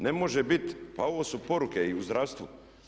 Ne može biti, pa ovo su poruke i u zdravstvu.